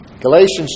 Galatians